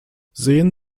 sehen